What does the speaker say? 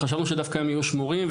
חשבנו שדווקא הם יהיו שמורים,